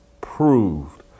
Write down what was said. proved